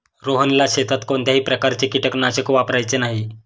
रोहनला शेतात कोणत्याही प्रकारचे कीटकनाशक वापरायचे नाही